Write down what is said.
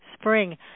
spring